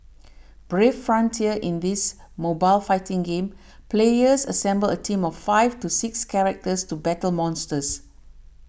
Brave Frontier In this mobile fighting game players assemble a team of five to six characters to battle monsters